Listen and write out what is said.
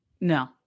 No